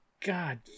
God